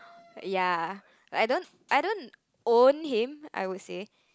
ya I don't I don't own him I would say